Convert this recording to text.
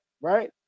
right